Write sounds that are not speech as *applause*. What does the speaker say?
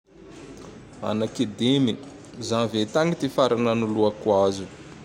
*noise* Anaky dimy. *noise* Janvier *noise* tagny ty *noise* farany *noise* nanoloako azo o. *noise*